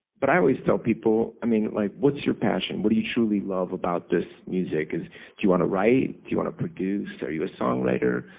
but i always tell people, i mean like what's your passion? what do you truly love about this music? do you want to write? do you want to produce? are you a songwriter?